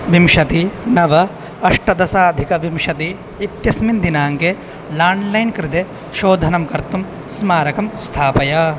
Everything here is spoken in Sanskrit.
विंशतिः नव अष्टदशाधिकविंशतिः इत्यस्मिन् दिनाङ्के लाण्ड्लैन् कृते शोधनं कर्तुं स्मारकं स्थापय